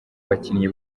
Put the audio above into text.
bakinnyi